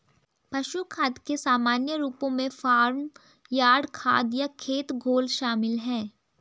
पशु खाद के सामान्य रूपों में फार्म यार्ड खाद या खेत घोल शामिल हैं